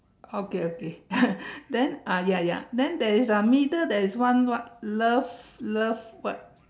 okay okay then uh ya ya then there is a middle there is one what love love what